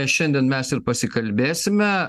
šiandien mes ir pasikalbėsime